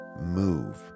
move